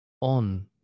on